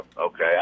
okay